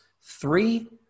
three